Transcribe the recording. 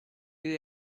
you